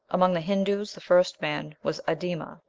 among the hindoos the first man was ad-ima,